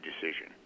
decision